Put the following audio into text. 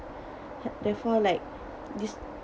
therefore like this